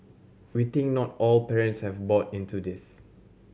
we think not all parents have bought into this